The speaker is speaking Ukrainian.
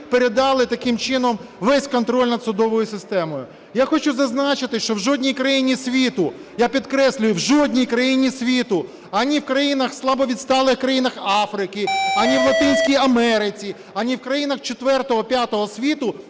передали таким чином весь контроль над судовою системою. Я хочу зазначити, що в жодній країні світу, я підкреслюю, в жодній країні світу: ані в слабовідсталих країнах Африки, ані в Латинській Америці, ані в країнах четвертого,